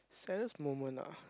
saddest moment ah